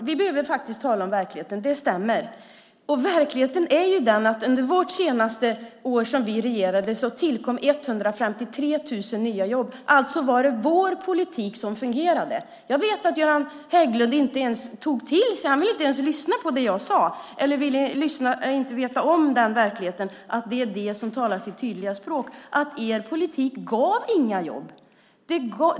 Fru talman! Vi behöver tala om verkligheten, det stämmer, och verkligheten är den att under det senaste året som vi regerade tillkom 153 000 nya jobb. Alltså var det vår politik som fungerade. Göran Hägglund vill inte ens lyssna på det jag säger eller veta av den verklighet som talar sitt tydliga språk, nämligen att den borgerliga politiken inte gav några jobb.